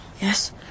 Yes